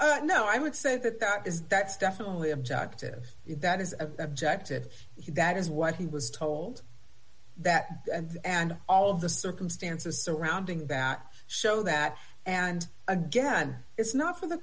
know i would say that that is that's definitely objective that is objective that is what he was told that and and all of the circumstances surrounding that show that and again it's not for the